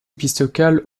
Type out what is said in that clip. épiscopale